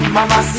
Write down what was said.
Mama